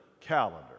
calendar